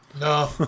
No